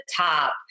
top